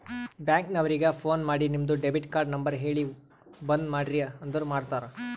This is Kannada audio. ಬ್ಯಾಂಕ್ ನವರಿಗ ಫೋನ್ ಮಾಡಿ ನಿಮ್ದು ಡೆಬಿಟ್ ಕಾರ್ಡ್ ನಂಬರ್ ಹೇಳಿ ಬಂದ್ ಮಾಡ್ರಿ ಅಂದುರ್ ಮಾಡ್ತಾರ